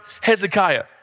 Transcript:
Hezekiah